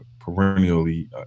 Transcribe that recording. perennially